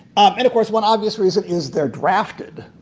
of and course, one obvious reason is they're drafted.